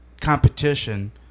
competition